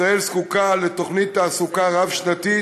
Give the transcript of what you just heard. ישראל זקוקה לתוכנית תעסוקה רב-שנתית,